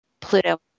Pluto